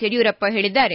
ಯಡಿಯೂರಪ್ಪ ಹೇಳಿದ್ದಾರೆ